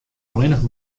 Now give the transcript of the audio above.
allinnich